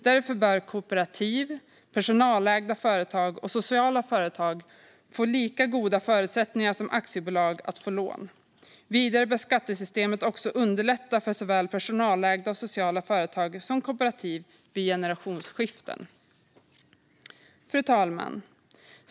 Därför bör kooperativ, personalägda företag och sociala företag få lika goda förutsättningar som aktiebolag att få lån. Vidare bör skattesystemet underlätta för såväl personalägda och sociala företag som kooperativ vid generationsskiften. Fru talman!